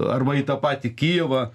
arba į tą patį kijevą